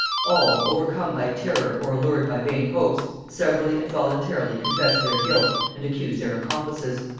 all, overcome by terror or allured by vain hopes, severally and voluntarily confessed their guilt and accused their accomplices.